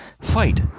fight